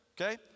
okay